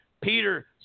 Peter